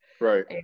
Right